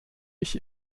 ich